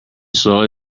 slowly